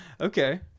Okay